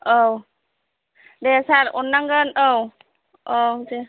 औ दे सार अननांगोन औ औ दे